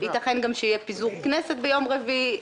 ייתכן גם שיהיה פיזור כנסת ביום רביעי.